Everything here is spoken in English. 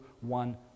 one